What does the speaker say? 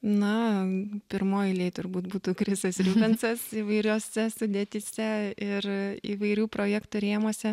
na pirmoj eilėj turbūt būtų krisas rubensas įvairiose sudėtyse ir įvairių projektų rėmuose